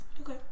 okay